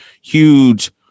huge